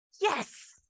Yes